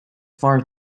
far